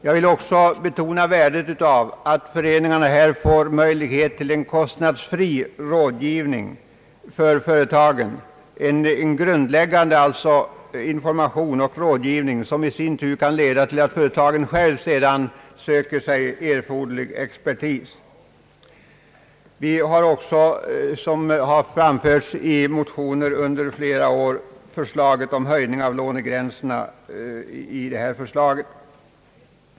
Jag vill också betona värdet av att föreningarna får tillfälle att i viss omfattning bedriva en kostnadsfri rådgivning för företagen, en grundläggande information och rådgivning som i sin tur kan leda till att företagen själva sedan söker sig erforderlig expertis. Vi har också förslaget om höjning av lånegränserna, som framförts i motioner under flera år.